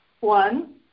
one